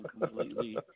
completely